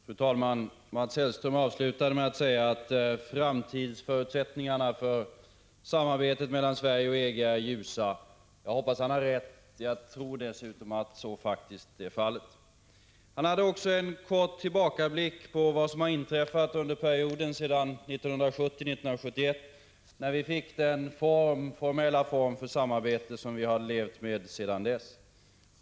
Fru talman! Mats Hellström avslutade med att säga att framtidsförutsättningarna för samarbetet mellan Sverige och EG är ljusa. Jag hoppas han har rätt; jag tror dessutom att så faktiskt är fallet. Han gjorde också en kort tillbakablick på vad som har inträffat under perioden sedan 1970-1971 när vi fick den formella form för samarbete som vi har levt med sedan dess.